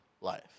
life